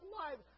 life